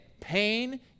pain